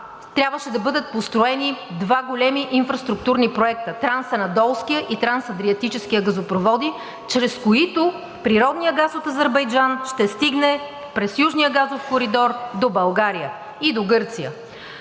трябваше да бъдат построени два инфраструктурни проекта – Трансанадолският и Трансадриатическият газопровод, чрез които природният газ от Азербайджан ще стигне през южния газов коридор до България и до Гърция.